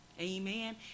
amen